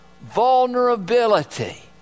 vulnerability